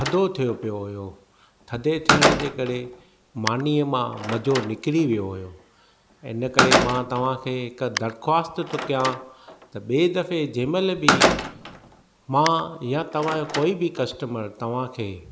थदो थियो पियो हुयो थदे थियण जे करे मानीअ मां मज़ो निकिरी वियो हुओ हिन करे मां तव्हां खे हिक दरख़्वास्त थो कयां त ॿिए दफ़े जंहिं महिल बि मां या तव्हांजो कोइ बि कस्टमर तव्हां खे